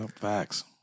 facts